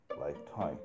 lifetime